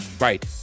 Right